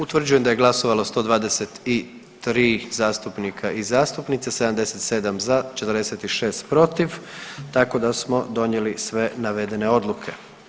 Utvrđujem da je glasovalo 123 zastupnika i zastupnica, 77 za, 46 protiv tako da smo donijeli sve navedene odluke.